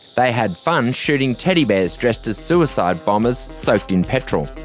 they had fun shooting teddy bears dressed as suicide bombers, soaked in petrol.